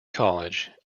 college